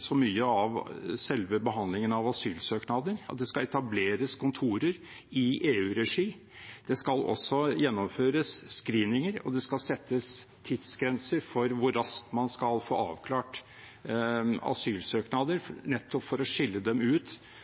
så mye av selve behandlingen av asylsøknader. Det skal etableres kontorer i EU-regi, det skal gjennomføres screeninger, og det skal settes tidsgrenser for hvor raskt man skal få avklart asylsøknader, nettopp for å skille dem ut